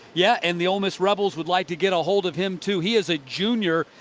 yeah and the ole miss rebels would like to get hold of him, too. he is a junior.